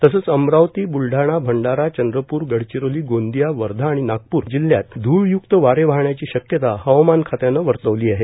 तसंच अमरावती बुलढाणा भंडारा चंद्रपूर गडचिरोली गोंदिया वर्धा आणि नागपूर जिल्ह्यात धुळ्युक्त वारे वाहण्याची शक्यता हवामान खात्यानं वर्तवली आहे